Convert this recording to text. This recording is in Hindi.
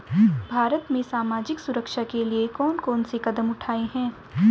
भारत में सामाजिक सुरक्षा के लिए कौन कौन से कदम उठाये हैं?